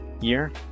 year